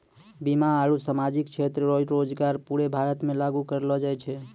बीमा आरू सामाजिक क्षेत्र रो योजना पूरे भारत मे लागू करलो जाय छै